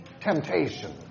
temptation